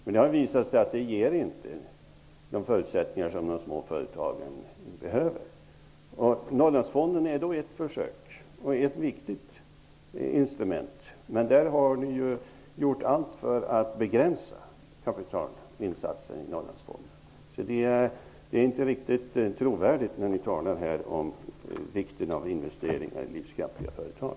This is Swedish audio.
Men det har visat sig att de inte ger de förutsättningar som de små företagen behöver. Norrlandsfonden är ett försök att åtgärda detta och ett viktigt instrument. Men ni har gjort allt för att begränsa kapitalinsatsen i Norrlandsfonden. Det är inte riktigt trovärdigt när ni här talar om vikten av investeringar i livskraftiga företag.